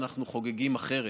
אנחנו חוגגים אחרת.